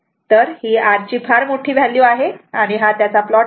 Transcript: तर ही R ची फार मोठी व्हॅल्यू आहे आणि हा त्याचा प्लॉट आहे